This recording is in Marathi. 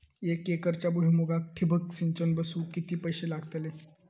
एक एकरच्या भुईमुगाक ठिबक सिंचन बसवूक किती पैशे लागतले?